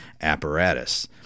apparatus